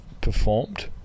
performed